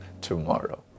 tomorrow